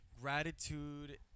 Gratitude